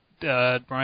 Brian